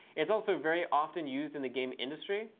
it's also very often used in the game industry,